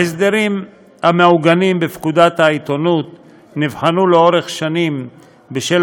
ההסדרים המעוגנים בפקודת העיתונות נבחנו לאורך שנים בשל